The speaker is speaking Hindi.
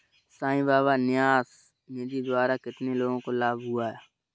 साई बाबा न्यास निधि द्वारा कितने लोगों को लाभ हुआ?